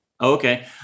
Okay